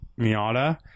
Miata